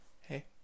Hey